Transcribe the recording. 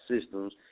systems